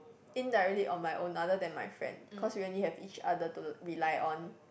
indirectly on my own other than my friend cause when we only have each other to rely on